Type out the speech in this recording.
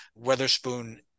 weatherspoon